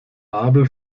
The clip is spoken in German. abel